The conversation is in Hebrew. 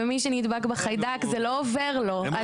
ומי שנדבק בחיידק זה לא עובר לו.